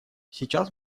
сейчас